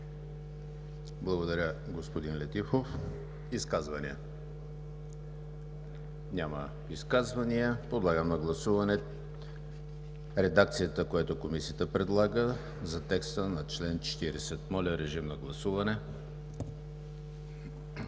Благодаря, господин Летифов. Изказвания? Няма изказвания. Подлагам на гласуване редакцията, която Комисията предлага, за текста на чл. 50. Гласували